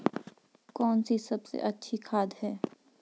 कौन सी सबसे अच्छी खाद है?